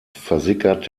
versickert